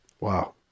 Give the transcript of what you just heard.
Wow